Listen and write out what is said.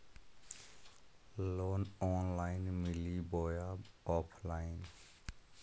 Loan online मिली बोया offline?